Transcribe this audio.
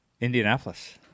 Indianapolis